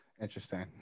Interesting